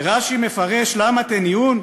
ורש"י מפרש "למה תניאון":